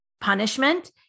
punishment